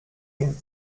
nous